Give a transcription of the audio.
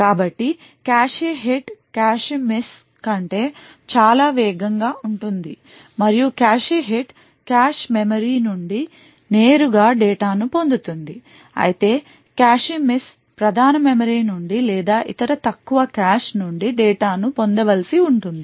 కాబట్టి cache hit cache miss కంటే చాలా వేగంగా ఉంటుంది మరియు కాష్ హిట్ కాష్ మెమరీ నుండి నేరుగా డేటా ను పొందుతుంది అయితే కాష్ మిస్ ప్రధాన మెమరీ నుండి లేదా ఇతర తక్కువ కాష్ నుండి డేటా ను పొందవలసి ఉంటుంది